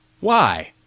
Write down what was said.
Why